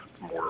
more